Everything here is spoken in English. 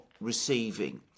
receiving